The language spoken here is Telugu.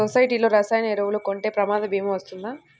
సొసైటీలో రసాయన ఎరువులు కొంటే ప్రమాద భీమా వస్తుందా?